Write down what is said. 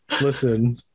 Listen